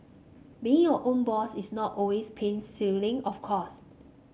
being your own boss is not always pain of course